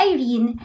Irene